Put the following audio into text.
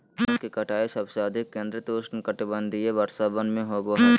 वनों की कटाई सबसे अधिक केंद्रित उष्णकटिबंधीय वर्षावन में होबो हइ